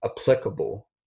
applicable